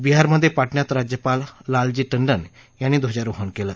बिहारमध्ये पाटण्यात राज्यपाल लालजी टंडन यांनी ध्वजारोहण केलं